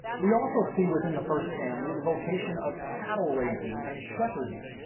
we also see within the first family, the vocation of cattle raising and shepherding.